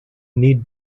need